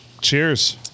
Cheers